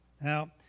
Now